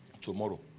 tomorrow